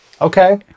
Okay